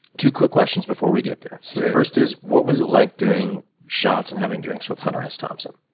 two quick questions before we get there. so first is what was it like doing shots and having drinks with hunter s. thompson?